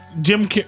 Jim